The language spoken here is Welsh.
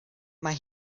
mae